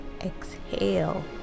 Exhale